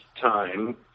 time